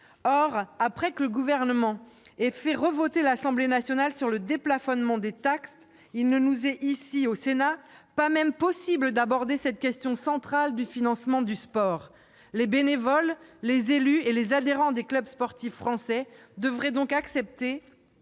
Or, après que le Gouvernement a fait revoter l'Assemblée nationale sur le déplafonnement des taxes, il ne nous est pas même possible ici, au Sénat, d'aborder le sujet pourtant central qu'est celui du financement du sport. Les bénévoles, les élus et les adhérents des clubs sportifs français devraient donc accepter